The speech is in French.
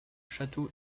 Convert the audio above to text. château